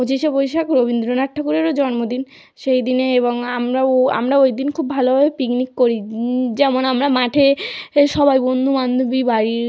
পঁচিশে বৈশাখ রবীন্দ্রনাথ ঠাকুরেরও জন্মদিন সেই দিনে এবং আমরাও আমরা ওই দিন খুব ভালোভাবে পিকনিক করি যেমন আমরা মাঠে এ সবাই বন্ধু বান্ধবী বাড়ির